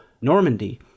Normandy